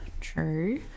True